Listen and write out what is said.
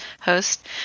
host